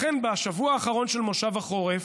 בשבוע האחרון של מושב החורף